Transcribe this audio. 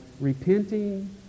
repenting